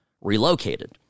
relocated